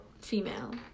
female